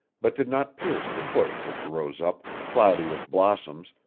but did not pierce the bush which rose up, cloudy with blossoms,